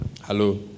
Hello